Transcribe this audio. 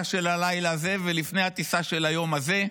של הלילה הזה ולפני הטיסה של היום הזה,